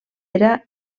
era